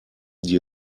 die